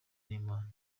n’imana